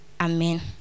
Amen